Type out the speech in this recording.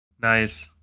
Nice